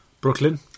Brooklyn